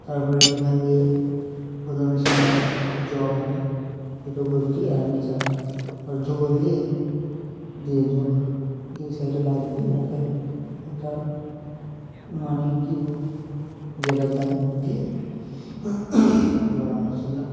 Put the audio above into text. তারপরে সেখান দিয়ে প্রথমে শিখলাম জগ আঁকা দুটো গোল দিয়ে আর নিচে একটা অর্ধ গোল দিয়ে দিয়ে জগ দুই সাইডে ডাগ দিয়ে মুখে একটা মানে কী বলে গ্রেটার দান দিয়ে জগ আঁকা শিখলাম